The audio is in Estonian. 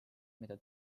mida